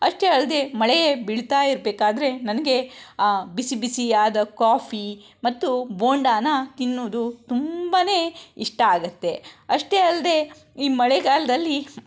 ಅಷ್ಟೇ ಅಲ್ದೆ ಮಳೆಯೇ ಬೀಳ್ತಾಯಿರ್ಬೇಕಾದರೆ ನನಗೆ ಆ ಬಿಸಿ ಬಿಸಿಯಾದ ಕಾಫಿ ಮತ್ತು ಬೋಂಡನ ತಿನ್ನುವುದು ತುಂಬನೇ ಇಷ್ಟ ಆಗತ್ತೆ ಅಷ್ಟೇ ಅಲ್ದೆ ಈ ಮಳೆಗಾಲದಲ್ಲಿ